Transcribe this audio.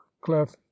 clef